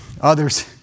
others